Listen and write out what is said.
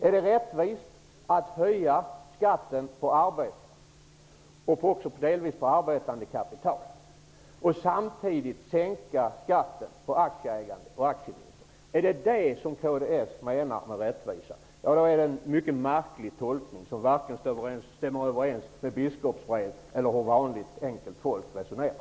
Är det rättvist att höja skatten på arbete och delvis på arbetande kapital och samtidigt sänka skatten på aktieägande och aktievinster? Är det det som kds menar med rättvisa? Det är i så fall en mycket märklig tolkning som varken stämmer överens med biskopsbrev eller med hur vanligt enkelt folk resonerar.